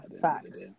facts